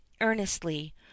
earnestly